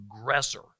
aggressor